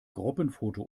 gruppenfoto